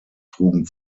trugen